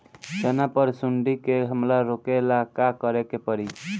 चना पर सुंडी के हमला रोके ला का करे के परी?